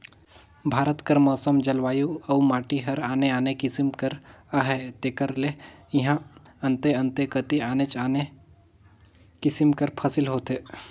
भारत कर मउसम, जलवायु अउ माटी हर आने आने किसिम कर अहे तेकर ले इहां अन्ते अन्ते कती आनेच आने किसिम कर फसिल होथे